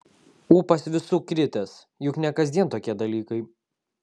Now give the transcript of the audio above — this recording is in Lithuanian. ūpas visų kritęs juk ne kasdien tokie dalykai